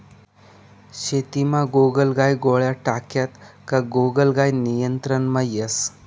शेतीमा गोगलगाय गोळ्या टाक्यात का गोगलगाय नियंत्रणमा येस